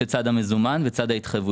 יש את צד המזומן ואת צד ההתחייבויות.